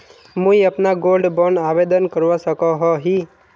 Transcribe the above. मुई अपना gold bond आवेदन करवा सकोहो ही?